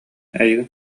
эйигин